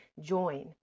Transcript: join